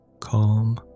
Calm